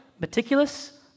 meticulous